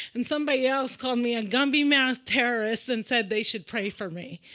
and somebody else called me and gumby-mouthed terrorist and said they should pray for me.